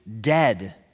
dead